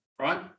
right